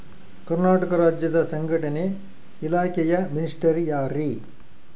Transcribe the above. ಕರ್ನಾಟಕ ರಾಜ್ಯದ ಸಂಘಟನೆ ಇಲಾಖೆಯ ಮಿನಿಸ್ಟರ್ ಯಾರ್ರಿ?